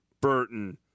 Burton